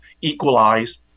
equalize